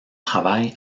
travail